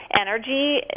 energy